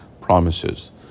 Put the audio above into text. promises